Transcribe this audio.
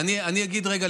אני אגיד רגע,